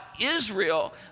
Israel